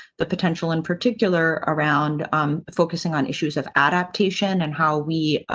the potential in particular around focusing on issues of adaptation. and how we